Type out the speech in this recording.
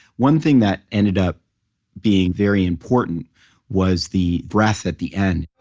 one thing that ended up being very important was the breath at the end